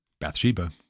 Bathsheba